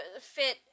fit